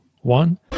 one